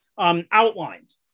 outlines